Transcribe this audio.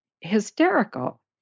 hysterical